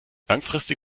langfristig